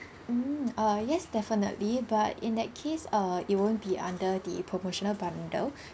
mm uh yes definitely but in that case uh it won't be under the promotional bundle